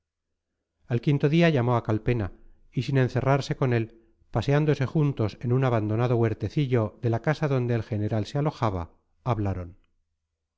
al quinto día llamó a calpena y sin encerrarse con él paseándose juntos en un abandonado huertecillo de la casa donde el general se alojaba hablaron